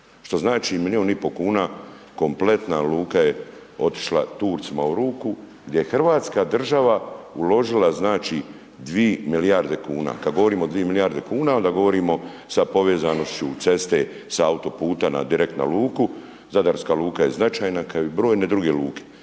što znači milijun i pol kuna kompletna luka je otišla Turcima u ruku gdje je hrvatska država uložila znači 2 milijarde kuna. Kad govorimo o 2 milijarde kuna onda govorimo sa povezanošću ceste sa autoputa na direktnu luku, zadarska luka je značajna kao i brojne druge luke.